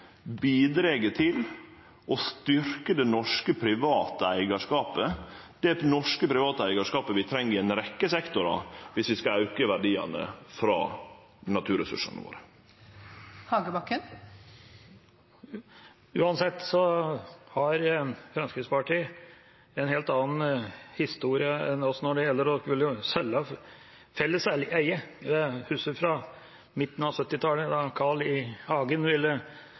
bidreg til å styrkje det norske private eigarskapet – det norske private eigarskapet vi treng i ei rekkje sektorar viss vi skal auke verdiane frå naturressursane våre. Uansett har Fremskrittspartiet en helt annen historie enn oss når det gjelder å selge felles eie. Det husker vi fra midten av 1970-tallet da Carl I. Hagen ville